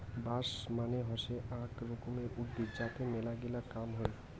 বাঁশ মানে হসে আক রকমের উদ্ভিদ যাতে মেলাগিলা কাম হই